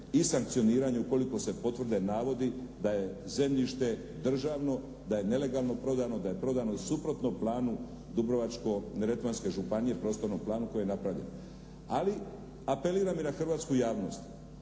i sankcioniranje ukoliko se potvrde navodi da je zemljište državno, da je nelegalno prodano, da je prodano suprotno planu Dubrovačko-neretvanske županije, prostornom planu koji je napravljen. Ali, apeliram i na hrvatsku javnost,